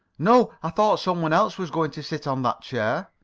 no. i thought some one else was going to sit on that chair.